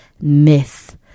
myth